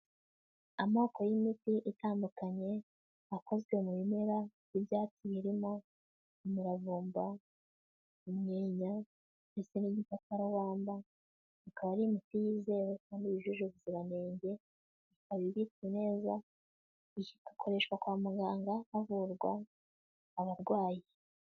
Amoko y'imiti itandukanye, akozwe mu bimera by'ibyatsi birimo umuravumba, umwenya, ndetse n'igikakarubamba, akaba ari imiti yizewe kandi yujuje ubuziranenge, ikaba ibitse neza, ikoreshwa kwa muganga havurwa abarwayi.